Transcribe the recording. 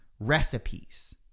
recipes